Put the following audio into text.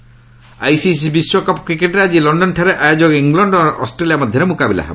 cricket ICC ବିଶ୍ୱକପ୍ କ୍ରିକେଟ୍ରେ ଆଜି ଲଣ୍ଡନଠାରେ ଆୟୋଜକ ଇଂଲଣ୍ଡ ଓ ଅଷ୍ଟ୍ରେଲିଆ ମଧ୍ୟରେ ମୁକାବିଲା ହେବ